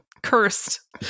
Cursed